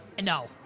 No